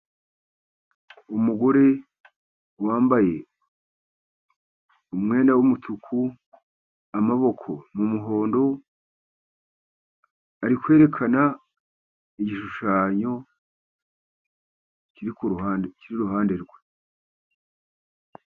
Umugore wambaye umwenda w'umutuku, amaboko n'umuhondo, ari kwerekana igishushanyo kiri ku ruhande, kiri iruhande rwe.